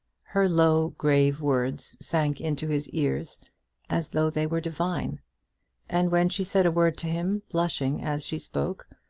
her low, grave words sank into his ears as though they were divine and when she said a word to him, blushing as she spoke,